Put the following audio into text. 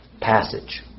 passage